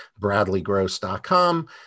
bradleygross.com